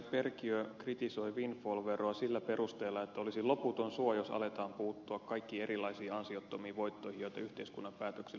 perkiö kritisoi windfall veroa sillä perusteella että olisi loputon suo jos aletaan puuttua kaikkiin erilaisiin ansiottomiin voittoihin joita yhteiskunnan päätöksillä syntyy